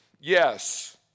Yes